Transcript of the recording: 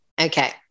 Okay